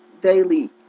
daily